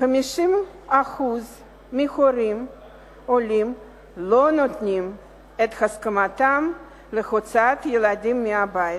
50% מההורים העולים לא נותנים את הסכמתם להוצאת ילדיהם מהבית.